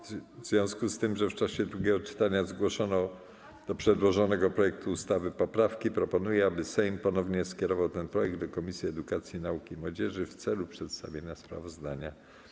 W związku z tym, że w czasie drugiego czytania zgłoszono do przedłożonego projektu ustawy poprawki, proponuję, aby Sejm ponownie skierował ten projekt do Komisji Edukacji, Nauki i Młodzieży w celu przedstawienia sprawozdania.